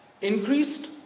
Increased